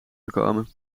gekomen